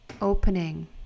opening